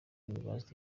university